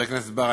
חבר הכנסת בר,